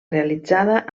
realitzada